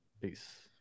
peace